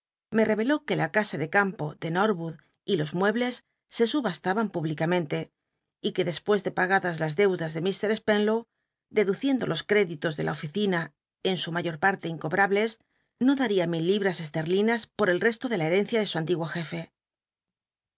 me reeló que la casa de campo de norwood y los muebles se subastaban públicamenle y que des pues de pagadas las deudas de mr spenlow de duciendo jos créditos de la oficina en su mayor parte incobrables no daría mil libras esterlinas por el resto de la herencia de su antiguo jefe